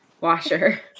Washer